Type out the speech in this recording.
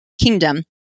kingdom